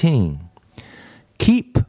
Keep